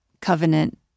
covenant